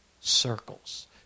circles